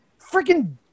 Freaking